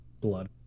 blood